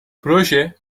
proje